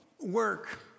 Work